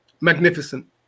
magnificent